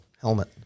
helmet